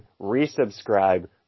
resubscribe